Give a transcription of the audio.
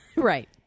Right